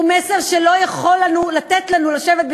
הוא מסר שלא יכול לתת לנו לשבת בשקט,